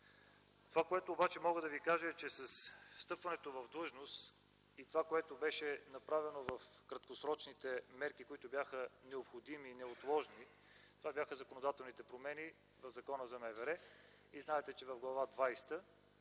Това, което обаче мога да Ви кажа, е, че с встъпването в длъжност и това, което беше направено в краткосрочните мерки, които бяха необходими и неотложни, това бяха законодателните промени по Закона за МВР. И знаете, че в Глава 20,